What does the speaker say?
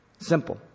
Simple